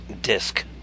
disc